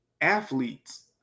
athletes